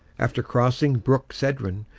after crossing brook cedron,